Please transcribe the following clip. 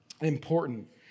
important